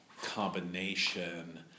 combination